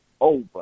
over